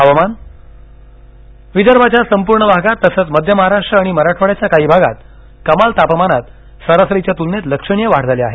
हवामान विदर्भाच्या संपूर्ण भागात तसंच मध्य महाराष्ट्र आणि मराठवाड्याच्या काही भागात कमाल तापमानात सरासरीच्या तुलनेत लक्षणीय वाढ झाली आहे